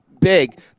big